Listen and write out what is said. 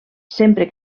sempre